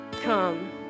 come